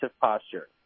posture